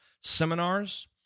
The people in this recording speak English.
seminars